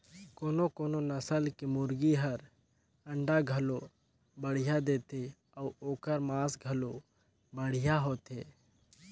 कोनो कोनो नसल के मुरगी हर अंडा घलो बड़िहा देथे अउ ओखर मांस घलो बढ़िया होथे